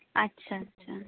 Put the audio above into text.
আচ্ছা আচ্ছা